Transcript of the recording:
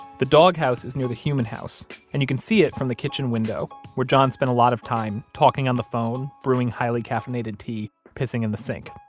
the dog house is near the human house, and you can see it from the kitchen window where john spent a lot of time talking on the phone, phone, brewing highly caffeinated tea, pissing in the sink.